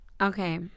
okay